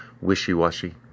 wishy-washy